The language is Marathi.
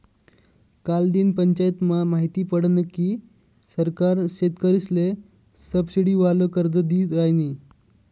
कालदिन पंचायतमा माहिती पडनं की सरकार शेतकरीसले सबसिडीवालं कर्ज दी रायनी